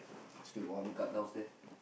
still got one cut downstairs